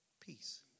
peace